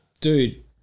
Dude